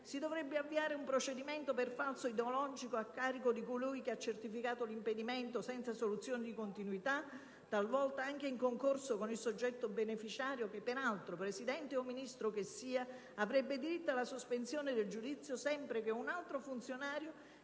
Si dovrebbe avviare un procedimento per falso ideologico a carico di colui che abbia certificato l'impedimento senza soluzione di continuità, talvolta anche in concorso con il soggetto beneficiario, che peraltro - Presidente o Ministro che sia - avrebbe diritto alla sospensione del giudizio, sempre che un altro funzionario